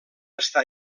estar